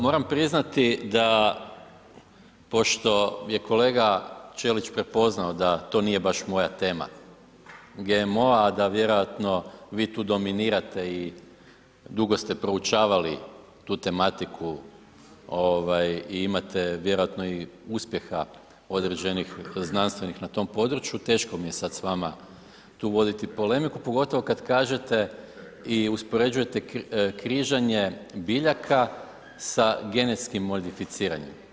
Moram priznati da pošto je kolega Ćelić prepoznao da to nije baš moja tema GMO-a, a da vjerojatno vi tu dominirate i dugo ste proučavali tu tematiku ovaj i imate vjerojatno i uspjeha određenih znanstvenih na tom području teško mi je sad s vama tu voditi polemiku pogotovo kad kažete i uspoređujete križanje biljaka sa genetskim modificiranjem.